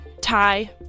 Ty